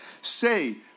Say